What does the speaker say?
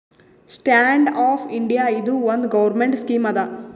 stand up India ಇದು ಒಂದ್ government scheme ಅದಾ